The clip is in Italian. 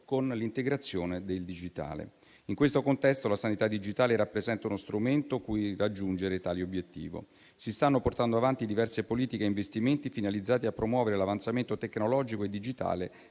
con l'integrazione del digitale. In questo contesto, la sanità digitale rappresenta uno strumento con cui raggiungere tale obiettivo. Si stanno portando avanti diverse politiche e investimenti finalizzati a promuovere l'avanzamento tecnologico e digitale